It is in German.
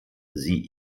sie